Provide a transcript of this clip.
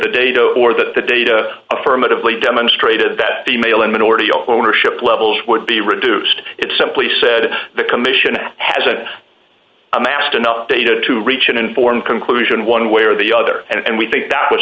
the data or that the data affirmatively demonstrated that the mail in minority ownership levels would be reduced it simply said the commission has a amassed enough data to reach an informed conclusion one way or the other and we think that was